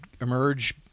emerge